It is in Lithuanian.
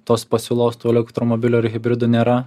tos pasiūlos tų elektromobilių ar hibridų nėra